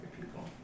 people